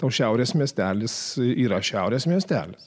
o šiaurės miestelis yra šiaurės miestelis